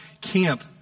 camp